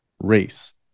race